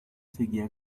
seguía